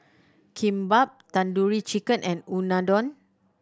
Kimbap Tandoori Chicken and Unadon